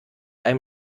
einem